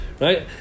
right